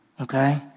Okay